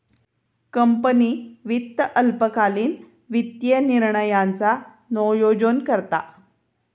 company वित्त अल्पकालीन वित्तीय निर्णयांचा नोयोजन करता